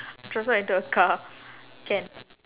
transform into a car can